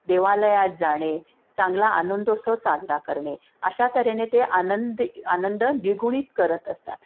देवालयात जाणे चांगला आनंदोत्सव साजरा करणे अशा तऱ्हेने ते आनंद आनंद द्विगुणित करत असतात